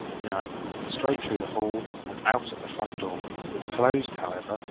no straight through the hall, and out at the front door, which closed, however,